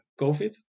COVID